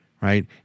right